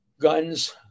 guns